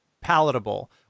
palatable